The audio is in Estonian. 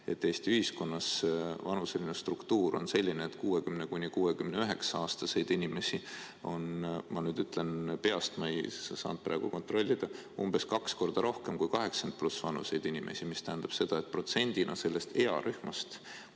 et Eesti ühiskonna vanuseline struktuur on selline, et 60–69-aastaseid inimesi on, ma ütlen peast, ma ei saanud praegu kontrollida, umbes kaks korda rohkem kui üle 80-aastaseid inimesi. See tähendab seda, et protsendina sellest earühmast,